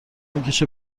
میکشه